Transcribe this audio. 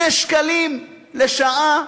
2 שקלים לשעה?